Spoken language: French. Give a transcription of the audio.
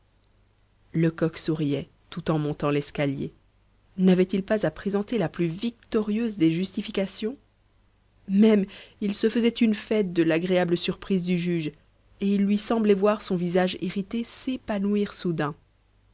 lecoq souriait tout en montant l'escalier n'avait-il pas à présenter la plus victorieuse des justifications même il se faisait une fête de l'agréable surprise du juge et il lui semblait voir son visage irrité s'épanouir soudain